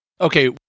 Okay